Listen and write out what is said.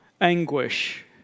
anguish